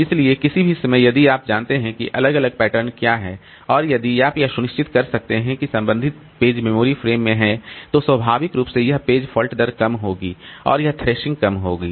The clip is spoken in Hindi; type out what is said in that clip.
इसलिए किसी भी समय यदि आप जानते हैं कि अलग अलग पैटर्न क्या है और यदि आप यह सुनिश्चित कर सकते हैं कि संबंधित पेज मेमोरी फ़्रेम में हैं तो स्वाभाविक रूप से यह पेज फॉल्ट दर कम होगी और यह थ्रेशिंग कम होगी